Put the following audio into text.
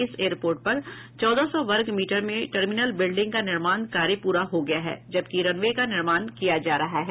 इस एयरपोर्ट पर चौदह सौ वर्ग मीटर में टर्मिनल बिल्डिंग का निर्माण कार्य पूरा हो गया है जबकि रनवे का निर्माण किया जा रहा है